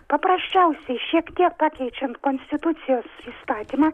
paprasčiausiai šiek tiek pakeičiant konstitucijos įstatymą